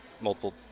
multiple